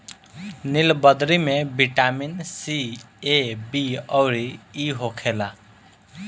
नीलबदरी में vitamin C, A, B अउरी इ होखेला